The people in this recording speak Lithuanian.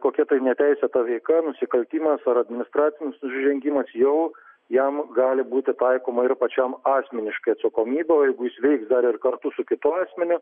kokia tai neteisėta veika nusikaltimas ar administracinis nusižengimas jau jam gali būti taikoma ir pačiam asmeniškai atsakomybė o jeigu jis veiks dar ir kartu su kitu asmeniu